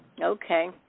Okay